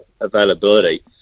availability